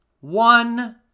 One